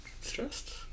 stressed